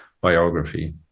biography